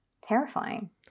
Terrifying